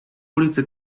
ulicy